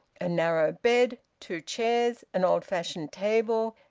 a narrow bed, two chairs, an old-fashioned table,